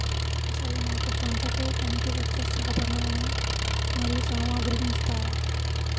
అసలు నాకు పంటకు పనికివచ్చే సాధనాలు మరియు సామగ్రిని ఇస్తారా?